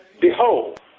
Behold